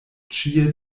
ĉie